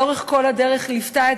שלאורך כל הדרך ליוותה,